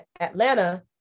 Atlanta